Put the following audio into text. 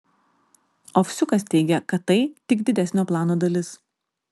ovsiukas teigia kad tai tik didesnio plano dalis